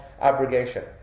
abrogation